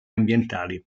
ambientali